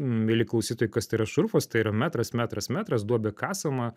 mieli klausytojai kas tai yra šurfas tai yra metras metras metras duobė kasama